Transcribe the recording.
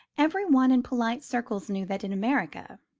every one in polite circles knew that, in america,